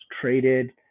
traded